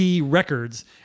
Records